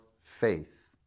faith